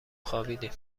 خوابیدیم